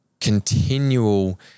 continual